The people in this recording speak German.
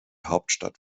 hauptstadt